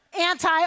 anti